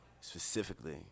specifically